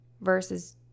versus